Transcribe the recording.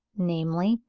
namely,